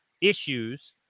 issues